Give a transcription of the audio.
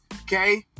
okay